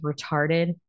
retarded